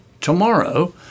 tomorrow